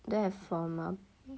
don't have formal